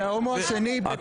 זה ההומו השני.